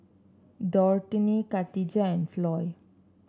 Dorthey Khadijah and Floy